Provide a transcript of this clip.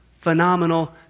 phenomenal